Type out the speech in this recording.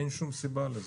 אין שום סיבה לזה,